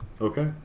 Okay